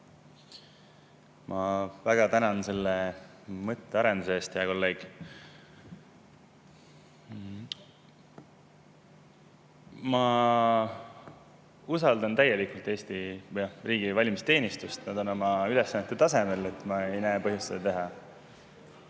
Ma väga tänan selle mõttearenduse eest, hea kolleeg. Ma usaldan täielikult Eesti riigi valimisteenistust, nad on oma ülesannete kõrgusel. Ma ei näe põhjust